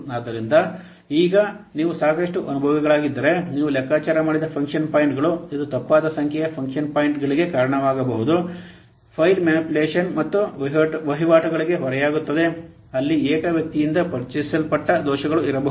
ಆದ್ದರಿಂದ ಈಗ ನೀವು ಸಾಕಷ್ಟು ಅನನುಭವಿಗಳಾಗಿದ್ದರೆ ನೀವು ಲೆಕ್ಕಾಚಾರ ಮಾಡಿದ ಫಂಕ್ಷನ್ ಪಾಯಿಂಟ್ಗಳು ಇದು ತಪ್ಪಾದ ಸಂಖ್ಯೆಯ ಫಂಕ್ಷನ್ ಪಾಯಿಂಟ್ಗಳಿಗೆ ಕಾರಣವಾಗಬಹುದು ಫೈಲ್ ಮ್ಯಾನಿಪ್ಯುಲೇಷನ್ ಮತ್ತು ವಹಿವಾಟುಗಳಿಗೆ ಹೊರೆಯಾಗುತ್ತದೆ ಅಲ್ಲಿ ಏಕ ವ್ಯಕ್ತಿಯಿಂದ ಪರಿಚಯಿಸಲ್ಪಟ್ಟ ದೋಷಗಳು ಇರಬಹುದು